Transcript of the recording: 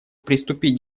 приступить